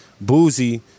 Boozy